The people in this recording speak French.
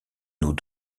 nos